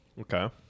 Okay